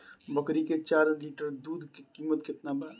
बकरी के चार लीटर दुध के किमत केतना बा?